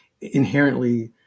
inherently